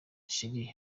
sheri